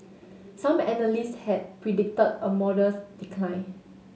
some analysts had predicted a modest decline